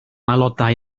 aelodau